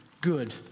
good